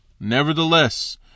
Nevertheless